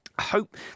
hope